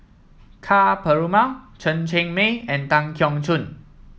Ka Perumal Chen Cheng Mei and Tan Keong Choon